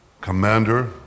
commander